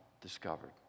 discovered